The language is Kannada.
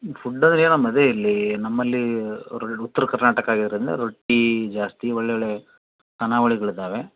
ಫುಡ್ ಅದೇ ಇಲ್ಲಿ ನಮ್ಮಲ್ಲಿ ಉತ್ರ ಕರ್ನಾಟಕ ಆಗಿರೋದ್ರಿಂದ ರೊಟ್ಟಿ ಜಾಸ್ತಿ ಒಳ್ಳೊಳ್ಳೆಯ ಖಾನಾವಳಿಗಳಿದ್ದಾವೆ